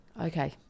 Okay